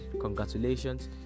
congratulations